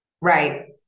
right